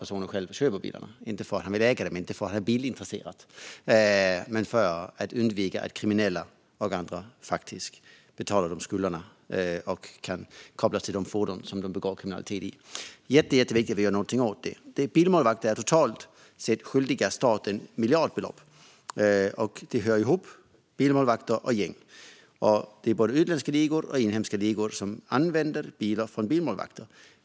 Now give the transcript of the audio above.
Personen köper inte bilarna, vill inte äga dem och är inte bilintresserad, utan det här är till för att kriminella och andra ska kunna undvika att betala skulder som kan kopplas till dem. Det är jätteviktigt att vi gör någonting åt detta. Bilmålvakter är totalt sett skyldiga staten miljardbelopp, och bilmålvakter och gäng hör ihop. Det är både utländska ligor och inhemska ligor som använder bilar från bilmålvakterna.